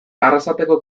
arrasateko